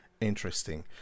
interesting